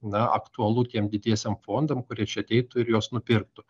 na aktualu tiem didiesiem fondam kurie čia ateitų ir juos nupirktų